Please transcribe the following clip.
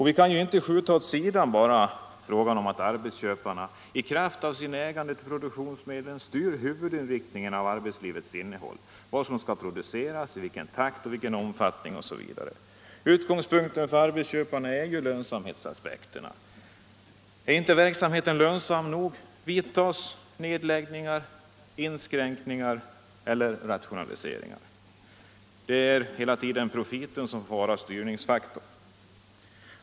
Vi kan inte bara skjuta åt sidan det faktum att arbetsköparna i kraft av sitt ägande av produktionsmedlen styr huvudinriktningen av arbetslivets innehåll: vad som skall produceras, i vilken takt och vilken omfattning osv. Utgångspunkten för arbetsköparna är lönsamhetsaspekten. Är inte verksamheten lönsam nog, företas nedläggningar, inskränkningar eller rationaliseringar. Det är hela tiden profiten som är styrningsfaktorn.